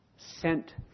sent